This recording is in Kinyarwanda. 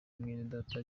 mwenedata